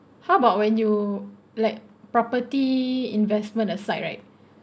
how about when you like property investment aside right